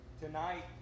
Tonight